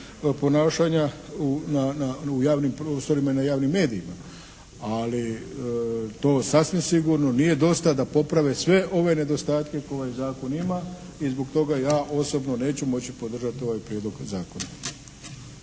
ponašanja u javnim prostorima i na javnim medijima. Ali to sasvim sigurno nije dosta da poprave sve ove nedostatke koje zakon ima i zbog toga ja osobno neću moći podržati ovaj prijedlog zakona.